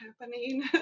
happening